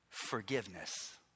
forgiveness